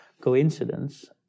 coincidence